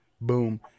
boom